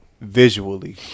visually